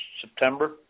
September